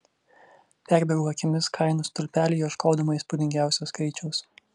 perbėgau akimis kainų stulpelį ieškodama įspūdingiausio skaičiaus